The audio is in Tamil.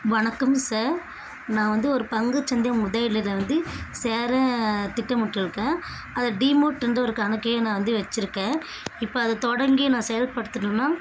வணக்கம் சார் நான் வந்து ஒரு பங்குச்சந்தை முதலீடுல வந்து சேர திட்டமிட்டுருக்கேன் அதை டீமோட் என்ற ஒரு கணக்கை நான் வந்து வச்சிருக்கேன் இப்போ அதை தொடங்கி நான் செயல்படுத்தணும்னா